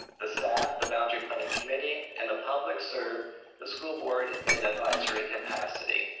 the staff, the boundary planning committee, and the public serve the school board in advisory capacity.